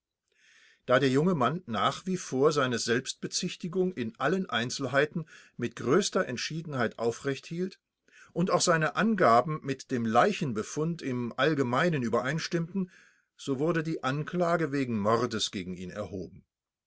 da der junge mann nach wie vor seine selbstbezichtigung in allen einzelheiten mit größter entschiedenheit aufrecht hielt und auch seine angaben mit dem leichenbefund im allgemeinen übereinstimmten so wurde die anklage wegen mordes gegen ihn erhoben